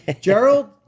Gerald